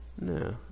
No